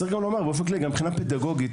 צריך לומר שגם מבחינה פדגוגית,